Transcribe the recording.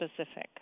specific